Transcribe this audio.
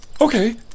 Okay